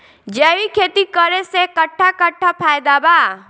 जैविक खेती करे से कट्ठा कट्ठा फायदा बा?